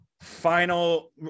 final